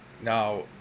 Now